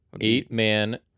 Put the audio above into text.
Eight-man